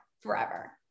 forever